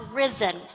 risen